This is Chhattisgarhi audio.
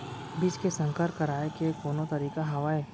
बीज के संकर कराय के कोनो तरीका हावय?